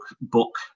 book